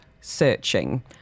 searching